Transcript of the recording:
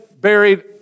buried